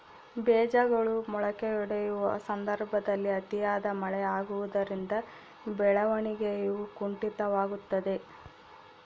ಬೇಜಗಳು ಮೊಳಕೆಯೊಡೆಯುವ ಸಂದರ್ಭದಲ್ಲಿ ಅತಿಯಾದ ಮಳೆ ಆಗುವುದರಿಂದ ಬೆಳವಣಿಗೆಯು ಕುಂಠಿತವಾಗುವುದೆ?